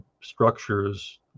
structures